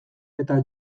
eta